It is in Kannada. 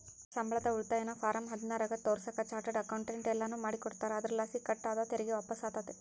ಸಂಬಳದ ಉಳಿತಾಯನ ಫಾರಂ ಹದಿನಾರರಾಗ ತೋರಿಸಾಕ ಚಾರ್ಟರ್ಡ್ ಅಕೌಂಟೆಂಟ್ ಎಲ್ಲನು ಮಾಡಿಕೊಡ್ತಾರ, ಅದರಲಾಸಿ ಕಟ್ ಆದ ತೆರಿಗೆ ವಾಪಸ್ಸಾತತೆ